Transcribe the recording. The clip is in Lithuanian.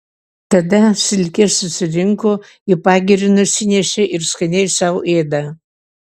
tada silkes susirinko į pagirį nusinešė ir skaniai sau ėda